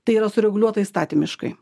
tai yra sureguliuota įstatymiškai